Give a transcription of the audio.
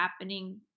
happening